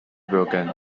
broken